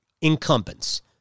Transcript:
incumbents